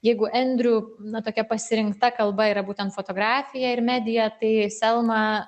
jeigu endriu na tokia pasirinkta kalba yra būtent fotografija ir medija tai selma